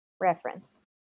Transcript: reference